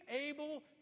able